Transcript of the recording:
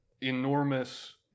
enormous